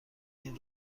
این